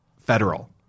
federal